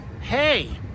Hey